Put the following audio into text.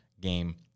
game